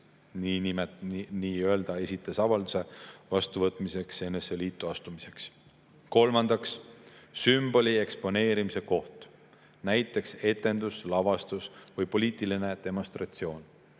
nii-öelda esitas avalduse vastuvõtmiseks NSV Liitu astumiseks. Kolmandaks, sümboli eksponeerimise koht, näiteks etendus, lavastus või poliitiline demonstratsioon.